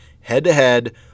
head-to-head